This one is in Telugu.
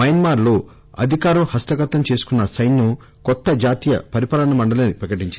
మయన్మార్ లో అధికారం హస్తగతం చేసుకున్న సైన్యం కొత్త జాతీయ పరిపాలనా మండలిని ప్రకటించింది